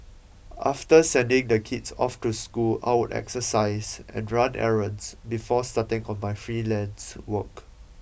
after sending the kids off to school I would exercise and run errands before starting on my freelance work